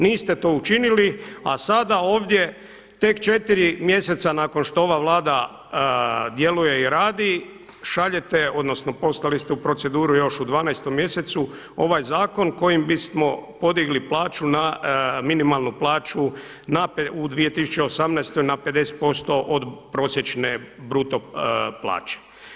Niste to učinili, a sada ovdje tek četiri mjeseca nakon što ova Vlada djeluje i radi, šaljete odnosno, poslali ste u proceduru još u 12. mjesecu, ovaj zakon kojim bi smo podigli plaću na minimalnu plaću u 2018. na 50% od prosječne bruto plaće.